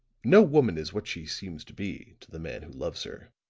no woman is what she seems to be to the man who loves her.